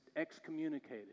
excommunicated